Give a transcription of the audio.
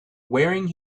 wearing